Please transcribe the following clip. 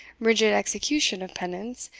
rigid execution of penance,